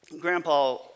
Grandpa